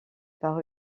par